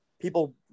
People